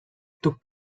took